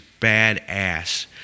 badass